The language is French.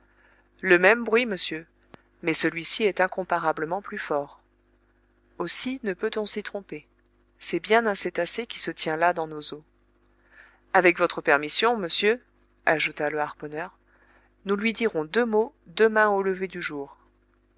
le même bruit monsieur mais celui-ci est incomparablement plus fort aussi ne peut-on s'y tromper c'est bien un cétacé qui se tient là dans nos eaux avec votre permission monsieur ajouta le harponneur nous lui dirons deux mots demain au lever du jour